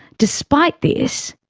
despite this,